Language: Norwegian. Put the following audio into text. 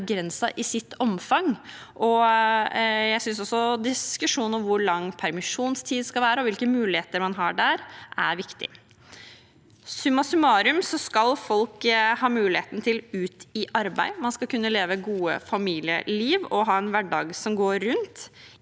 begrenset i omfang. Jeg synes også diskusjonen om hvor lang permisjonstid det skal være, og hvilke muligheter man har der, er viktig. Summa summarum skal folk ha muligheten til å komme ut i arbeid. Man skal kunne leve et godt familieliv og ha en hverdag som går rundt.